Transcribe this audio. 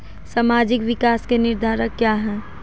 सामाजिक विकास के निर्धारक क्या है?